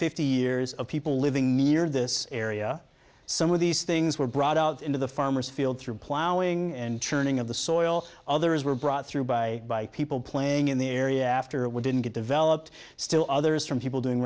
fifty years of people living near this area some of these things were brought out into the farmer's field through plowing and turning of the soil others were brought through by people playing in the area after we didn't get developed still others from people doing